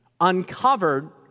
uncovered